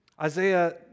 Isaiah